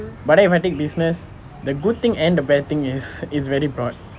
but then if I take business the good thing and bad thing is it's very broad